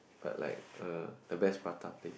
but like uh the best prata place